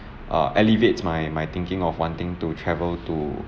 uh elevates my my thinking of wanting to travel to